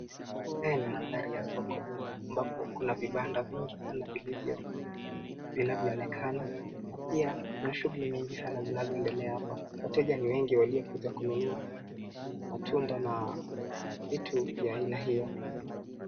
Haya ni mandhari ya soko ambapo kuna vibanda vingi sana vinavyoonekana na pia kuna shughuli nyingi sana zinazoendelea hapa. Wateja ni wengi waliokuja kununa matunda na vitu vya aina hiyo.